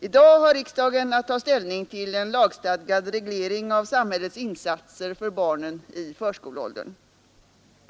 I dag har riksdagen att ta ställning till en lagstadgad reglering av samhällets insatser för barnen i förskoleåldern.